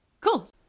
Cool